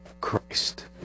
Christ